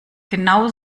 genau